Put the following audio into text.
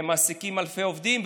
והן מעסיקות אלפי עובדים,